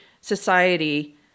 society